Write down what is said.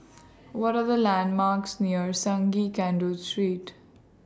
What Are The landmarks near Sungei Kadut Street